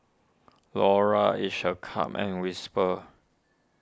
Laura Each a cup and Whisper